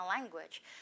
language